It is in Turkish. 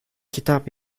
kitap